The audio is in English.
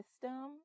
system